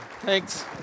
Thanks